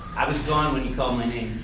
i was gone when you called my name.